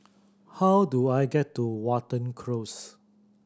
how do I get to Watten Close